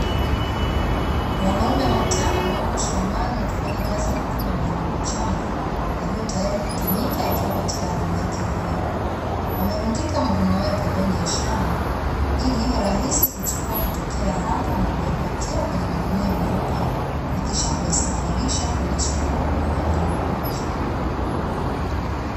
Wanaume watano wapo shambani wakifanya kazi ya kuvuna mahindi machanga yaliyo tayari kutumika yakiwa katika hali yake hiyo. Wamerundika mavuno yao pembeni ya shamba ili iwe rahisi kuchukua kutokea hapo na kuyapakia kwenye magunia meupe, na kisha kuyasafirisha kwenda sokoni kwa ajili ya mauzo.